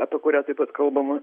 apie kurią taip pat kalbama